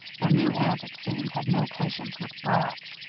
their new aunt, it seemed, had no patience with brats.